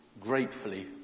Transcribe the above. gratefully